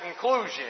conclusion